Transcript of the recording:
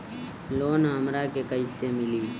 Loan हमरा के कईसे मिली?